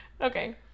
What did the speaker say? Okay